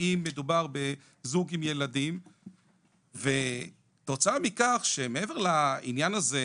אם מדובר בזוג עם ילדים ותוצאה מכך שמעבר לעניין הזה,